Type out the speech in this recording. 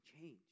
change